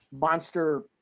monster